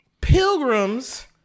pilgrims